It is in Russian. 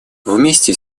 вместе